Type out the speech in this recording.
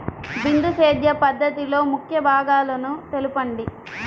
బిందు సేద్య పద్ధతిలో ముఖ్య భాగాలను తెలుపండి?